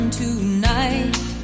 tonight